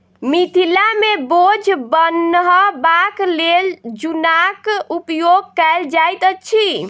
मिथिला मे बोझ बन्हबाक लेल जुन्नाक उपयोग कयल जाइत अछि